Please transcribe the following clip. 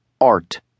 art